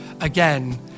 again